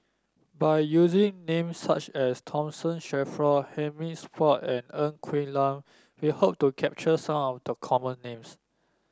by using names such as Tomson Shelford Hamid Supaat and Ng Quee Lam we hope to capture some of the common names